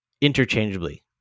interchangeably